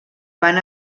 van